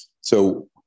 So-